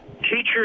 Teachers